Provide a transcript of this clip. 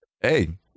hey